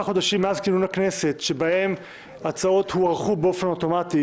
חודשים מאז כינון הכנסת שבהן הצעות הוארכו באופן אוטומטי,